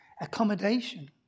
Accommodation